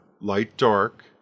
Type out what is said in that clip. light-dark